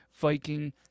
Viking